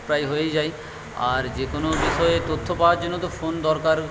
প্রায় হয়েই যায় আর যে কোনো বিষয়ে তথ্য পাওয়ার জন্য তো ফোন দরকার